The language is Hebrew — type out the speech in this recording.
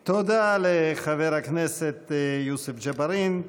 תודה לחבר הכנסת יוסף ג'בארין.